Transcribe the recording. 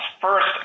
First